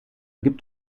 gibt